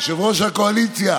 יושב-ראש הקואליציה